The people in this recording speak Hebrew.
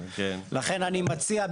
אני מציע,